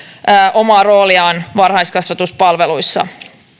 omaa rooliaan varhaiskasvatuspalveluissa